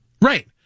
Right